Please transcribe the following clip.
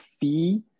fee